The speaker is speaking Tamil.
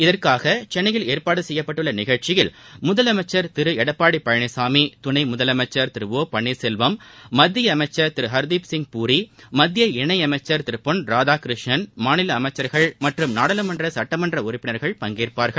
இதற்காக சென்னையில் ஏற்பாடு செய்யப்பட்டுள்ள நிகழ்ச்சியில் முதலமைச்சா ்திரு எடப்பாடி பழனிசாமி துணை முதலமைச்சா் திரு ஒ பள்ளீர் செல்வம் மத்திய அமைச்சர் திரு ஹர்தீப் சிய் பூரி மத்திய இணையமைச்சர் திரு பொன் ராதாகிருஷ்ணன் மாநில அமைச்சர்கள் மற்றும் நாடாளுமன்ற சுட்டமன்ற உறுப்பினா்கள் பங்கேற்பாா்கள்